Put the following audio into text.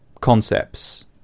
concepts